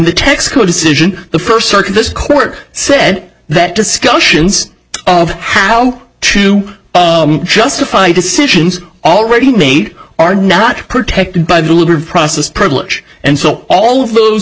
the tax code decision the first circuit this court said that discussions of how to justify decisions already made are not protected by the liberty process privilege and so all of those